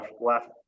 left